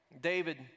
David